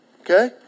Okay